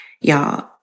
y'all